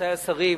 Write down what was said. רבותי השרים,